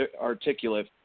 articulate